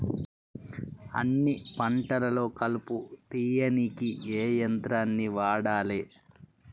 అన్ని పంటలలో కలుపు తీయనీకి ఏ యంత్రాన్ని వాడాలే?